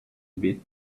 beat